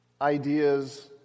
ideas